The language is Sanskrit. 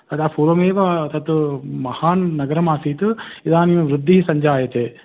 तदा पूर्वमेव तत् महान् नगरमासीत् इदानीं वृद्धिः सञ्जायते